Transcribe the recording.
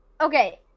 Okay